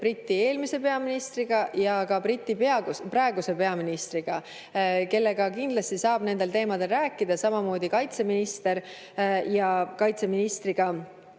Briti eelmise peaministriga ja ka Briti praeguse peaministriga, kellega kindlasti saab nendel teemadel rääkida, samamoodi kaitseministriga.